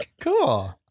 Cool